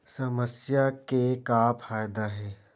समस्या के का फ़ायदा हे?